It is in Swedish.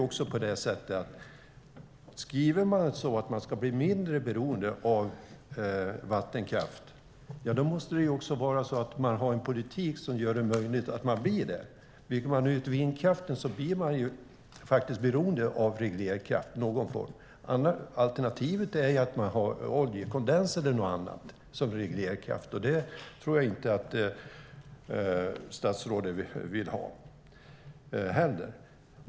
Om man skriver att man ska bli mindre beroende av vattenkraft måste man också ha en politik som gör det möjligt att man blir det. Bygger man ut vindkraften blir man faktiskt beroende av reglerkraft i någon form. Alternativet är att man har oljekondens eller något annat som reglerkraft, och det tror jag inte att statsrådet vill ha.